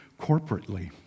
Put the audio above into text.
corporately